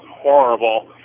horrible